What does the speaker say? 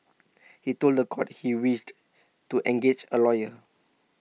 he told The Court he wished to engage A lawyer